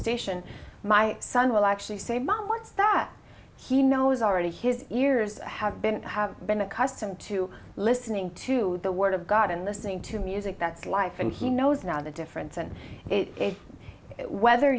station my son will actually say mom what's that he knows already his ears have been have been accustomed to listening to the word of god in this thing to music that's life and he knows now the difference and it whether